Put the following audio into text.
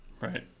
Right